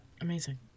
Amazing